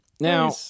Now